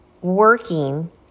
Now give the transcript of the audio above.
working